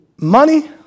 Money